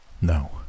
No